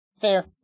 Fair